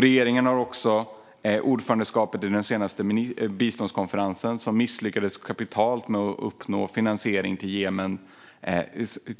Regeringen har också ordförandeskapet i den senaste biståndskonferensen, som misslyckades kapitalt med att uppnå finansiering till Jemens